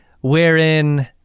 wherein